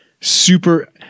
super –